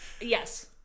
Yes